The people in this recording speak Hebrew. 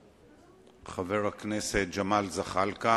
חבר הכנסת ג'מאל זחאלקה,